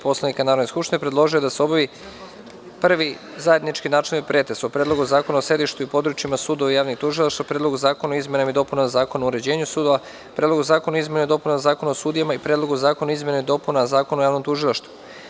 Poslovnika Narodne skupštine, predložio je da se obavi: Prvi zajednički načelni pretres o: Predlogu zakona o sedištima i područjima sudova i javnih tužilaštava, Predlogu zakona o izmenama i dopunama Zakona o uređenju sudova, Predlogu zakona o izmenama i dopunama Zakona o sudijama, Predlogu zakona o izmenama i dopunama Zakona o javnom tužilaštvu.